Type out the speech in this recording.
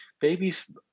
babies